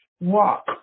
walk